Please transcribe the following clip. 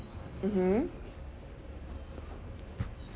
mmhmm